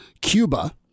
Cuba